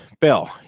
Bill